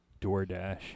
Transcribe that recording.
DoorDash